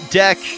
deck